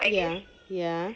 ya ya